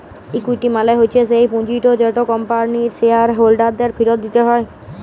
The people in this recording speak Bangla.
ইকুইটি মালে হচ্যে স্যেই পুঁজিট যেট কম্পানির শেয়ার হোল্ডারদের ফিরত দিতে হ্যয়